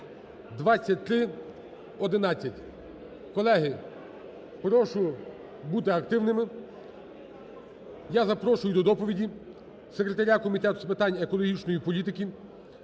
(2311). Колеги, прошу бути активними. Я запрошую до доповіді секретаря Комітету з питань екологічної політики,